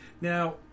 Now